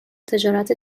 تجارت